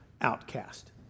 outcast